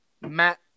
matt